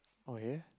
okay